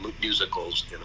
musicals